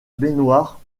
baignoire